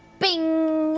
bing,